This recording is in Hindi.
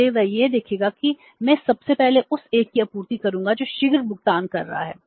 इसलिए वह यह देखेगा कि मैं सबसे पहले उस 1 को आपूर्ति करूंगा जो शीघ्र भुगतान कर रहा है